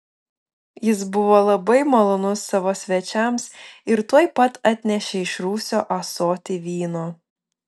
jis buvo labai malonus savo svečiams ir tuoj pat atnešė iš rūsio ąsotį vyno